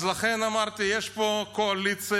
לכן אמרתי, יש פה קואליציה,